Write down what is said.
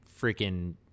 freaking